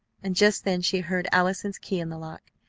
and just then she heard allison's key in the lock.